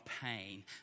pain